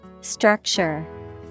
Structure